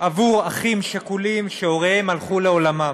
עבור אחים שכולים שהוריהם הלכו לעולמם.